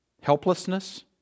Helplessness